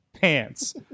pants